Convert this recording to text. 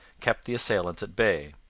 kept the assailants at bay.